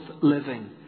living